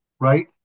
right